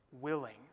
willing